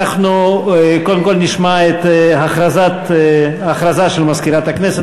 אנחנו קודם כול נשמע את הכרזה של מזכירת הכנסת.